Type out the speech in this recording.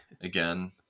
again